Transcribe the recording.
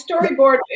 storyboard